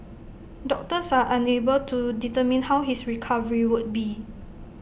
doctors are unable to determine how his recovery would be